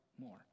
more